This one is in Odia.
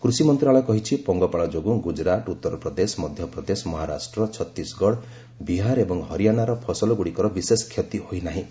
କୃଷି ମନ୍ତ୍ରଣାଳୟ କହିଛି ପଙ୍ଗପାଳ ଯୋଗୁଁ ଗୁଜୁରାଟ ଉତ୍ତର ପ୍ରଦେଶ ମଧ୍ୟପ୍ରଦେଶ ମହାରାଷ୍ଟ୍ର ଛତିଶଗଡ଼ ବିହାର ଏବଂ ହରିୟାଣାର ଫସଲଗୁଡ଼ିକର ବିଶେଷ କ୍ଷତି ହୋଇ ନାହିଁ